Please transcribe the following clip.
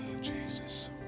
Jesus